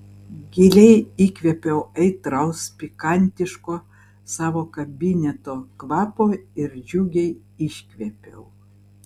giliai įkvėpiau aitraus pikantiško savo kabineto kvapo ir džiugiai iškvėpiau